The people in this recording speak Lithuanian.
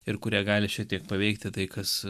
ir kurie gali šitaip paveikti tai kas